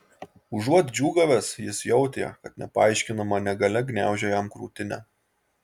užuot džiūgavęs jis jautė kad nepaaiškinama negalia gniaužia jam krūtinę